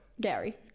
Gary